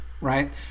right